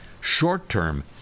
short-term